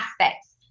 aspects